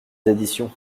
additions